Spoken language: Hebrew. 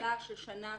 המגבלה של שנה,